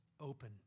open